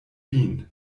vin